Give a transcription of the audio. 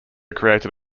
created